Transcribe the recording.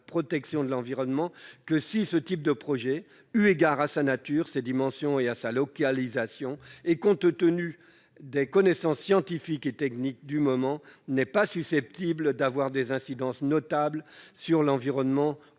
protection de l'environnement que si ce type de projets, eu égard à sa nature, à ses dimensions et à sa localisation et compte tenu des connaissances scientifiques et techniques du moment, n'est pas susceptible d'avoir des incidences notables sur l'environnement ou la